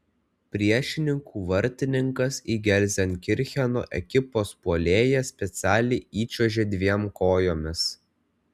priešininkų vartininkas į gelzenkircheno ekipos puolėją specialiai įčiuožė dviem kojomis